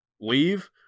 leave